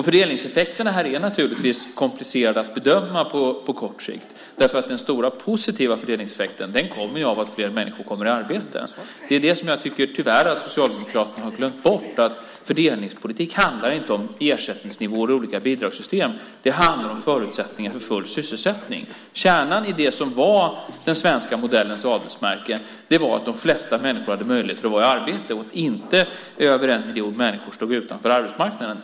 Fördelningseffekterna är komplicerade att bedöma på kort sikt. Den stora positiva fördelningseffekten kommer av att fler människor kommer i arbete. Det tycker jag att Socialdemokraterna tyvärr har glömt bort. Fördelningspolitik handlar inte om ersättningsnivåer i olika bidragssystem. Det handlar om förutsättningar för full sysselsättning. Kärnan i det som var den svenska modellens adelsmärke var att de flesta människor hade möjlighet att vara i arbete och att inte över en miljon människor stod utanför arbetsmarknaden.